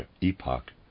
epoch